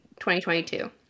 2022